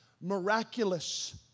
miraculous